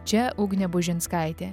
čia ugnė bužinskaitė